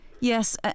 Yes